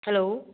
hello